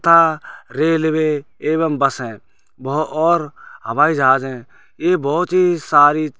तथा रेलवे एवम बसें ब और हवाई जहाजें ये बहुत ही सारी